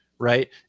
Right